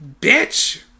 Bitch